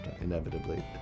inevitably